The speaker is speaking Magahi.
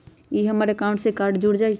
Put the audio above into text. ई हमर अकाउंट से कार्ड जुर जाई?